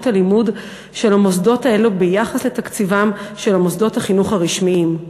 הלימוד של המוסדות האלה ביחס לתקציבם של מוסדות החינוך הרשמיים.